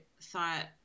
thought